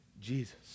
Jesus